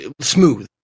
smooth